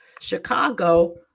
Chicago